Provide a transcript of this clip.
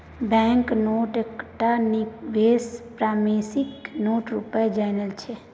bank note एकटा negotiable promissory note रुपे जानल जाइ छै